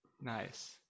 nice